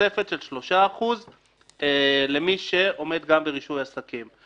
ותוספת של 3% למי שעומד גם ברישוי עסקים.